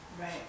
right